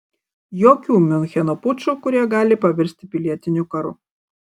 jokių miuncheno pučų kurie gali pavirsti pilietiniu karu